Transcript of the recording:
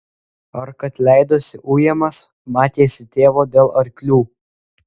ar kad leidosi ujamas matėsi tėvo dėl arklių